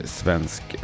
svensk